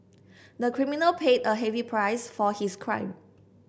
the criminal paid a heavy price for his crime